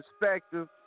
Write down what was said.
perspective